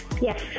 Yes